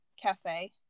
cafe